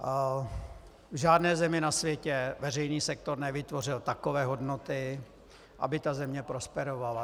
V žádné zemi na světě veřejný sektor nevytvořil takové hodnoty, aby země prosperovala.